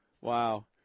Wow